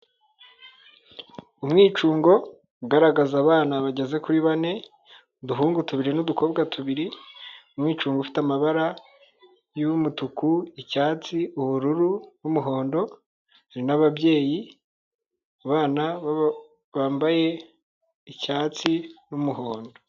Umwicungo ugaragaza abana bageze kuri bane, uduhungu tubiri n'udukobwa tubiri, umwicungo ufite amabara y'umutuku, icyatsi, ubururu n'umuhondo hari n'ababyeyi, abana bambaye icyatsi n'umuhondo.